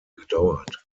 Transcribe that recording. gedauert